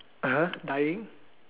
(uh huh) dying